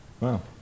Wow